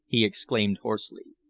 he exclaimed hoarsely.